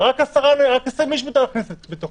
רק 20 איש אפשר להכניס לתוכו.